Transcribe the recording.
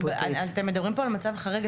אתם מדברים פה על מצב חריג,